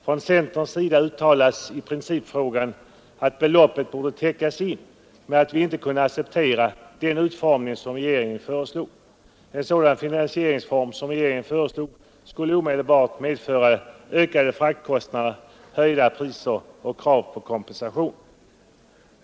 Från centerns sida uttalades i principfrågan att beloppet borde täckas in men att vi inte kunde acceptera den utformning som regeringen föreslog. En sådan finansieringsform som regeringen föreslog skulle omedelbart medföra ökade fraktkostnader, höjda priser och krav på kompensation.